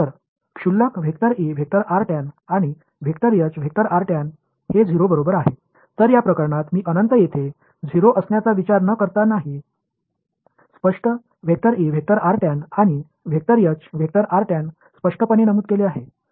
तर क्षुल्लक आणि हे 0 बरोबर आहे तर या प्रकरणात मी अनंत येथे 0 असण्याचा विचार न करताही स्पष्ट आणि स्पष्टपणे नमूद केले आहे